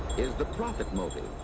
is the profit motive.